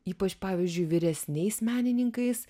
ypač pavyzdžiui vyresniais menininkais